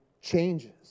changes